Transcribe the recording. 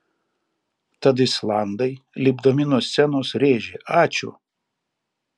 tad islandai lipdami nuo scenos rėžė ačiū